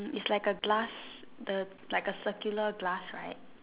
is like a glass a like a circular glass right